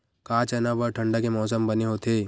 का चना बर ठंडा के मौसम बने होथे?